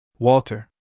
Walter